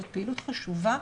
זו פעילות חשובה,